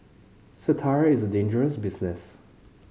satire is dangerous business